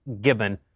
given